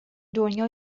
دنیا